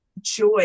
joy